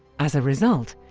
as a result,